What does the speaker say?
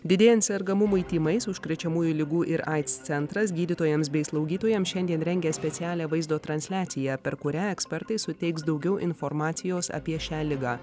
didėjant sergamumui tymais užkrečiamųjų ligų ir aids centras gydytojams bei slaugytojams šiandien rengia specialią vaizdo transliaciją per kurią ekspertai suteiks daugiau informacijos apie šią ligą